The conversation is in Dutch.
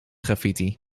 graffiti